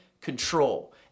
control